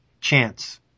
chance